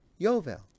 Yovel